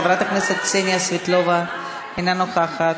חברת הכנסת קסניה סבטלובה, אינה נוכחת.